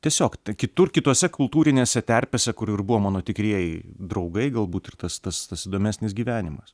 tiesiog kitur kitose kultūrinėse terpėse kur ir buvo mano tikrieji draugai galbūt ir tas tas tas įdomesnis gyvenimas